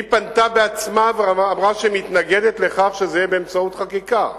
היא עצמה פנתה ואמרה שהיא מתנגדת לכך שזה יהיה באמצעות חקיקה,